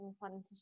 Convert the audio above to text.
fun